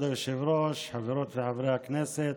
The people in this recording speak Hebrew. כבוד היושב-ראש, חברות וחברי הכנסת,